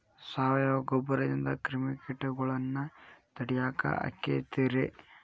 ಸಾವಯವ ಗೊಬ್ಬರದಿಂದ ಕ್ರಿಮಿಕೇಟಗೊಳ್ನ ತಡಿಯಾಕ ಆಕ್ಕೆತಿ ರೇ?